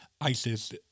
isis